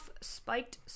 Spiked